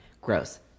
gross